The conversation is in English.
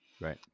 Right